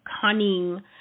cunning